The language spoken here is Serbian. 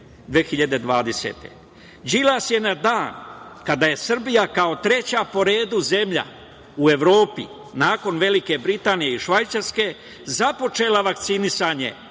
2020. godine. Đilas je na dan kada je Srbija kao treća po redu zemlja u Evropi nakon Velike Britanije i Švajcarske započela vakcinisanje